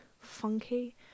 funky